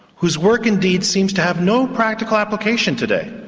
whose work indeed seems to have no practical application today.